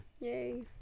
Yay